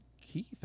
Keith